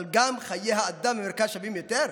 אבל גם חיי האדם במרכז שווים יותר?